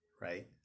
right